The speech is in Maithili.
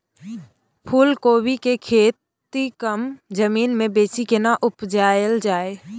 फूलकोबी के खेती कम जमीन मे बेसी केना उपजायल जाय?